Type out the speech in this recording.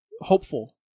hopeful